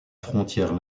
frontière